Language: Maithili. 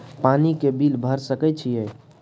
पानी के बिल भर सके छियै?